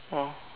oh